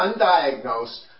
undiagnosed